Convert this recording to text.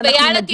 ו"יאללה,